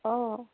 অঁ